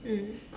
mm